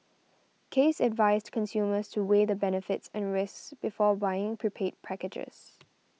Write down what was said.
case advised consumers to weigh the benefits and risks before buying prepaid packages